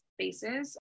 spaces